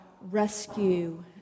rescue